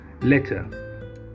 Letter